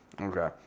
okay